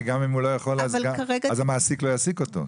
וגם אם הוא לא יכול אז המעסיק לא יעסיק אותו.